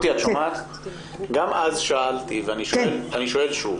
גם אז שאלתי ואני שואל שוב.